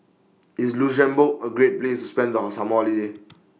IS Luxembourg A Great Place spend Our Summer Holiday